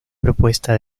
propuesta